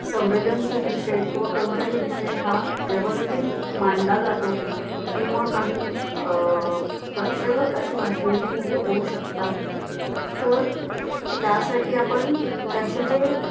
संवेदनशील विषय किवा कोणताही विषय हा व्यवस्थित मांडला जातो किंवा काही प्रक्षोभक अशी भाषणेही हो होऊ शकतात तर त्यासाठी आपण त्याचे जे